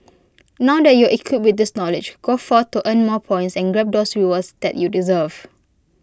now that you're equipped with this knowledge go forth to earn more points and grab those rewards that you deserve